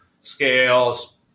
scales